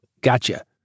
gotcha